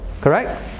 correct